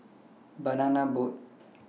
Banana Boat